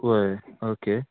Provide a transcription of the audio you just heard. वय ओके